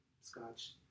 Scotch